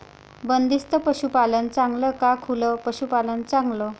बंदिस्त पशूपालन चांगलं का खुलं पशूपालन चांगलं?